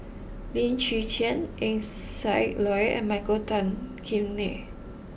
Lim Chwee Chian Eng Siak Loy and Michael Tan Kim Nei